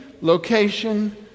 location